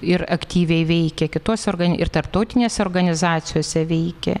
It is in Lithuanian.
ir aktyviai veikė kitose ogani ir tarptautinėse organizacijose veikė